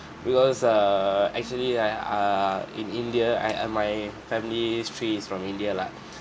because err actually I err in india I I my family's tree is from india lah